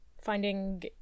finding